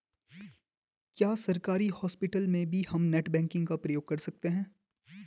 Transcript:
क्या सरकारी हॉस्पिटल में भी हम नेट बैंकिंग का प्रयोग कर सकते हैं?